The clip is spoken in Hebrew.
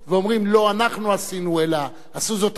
לא אנחנו עשינו אלא עשו זאת הנאצים.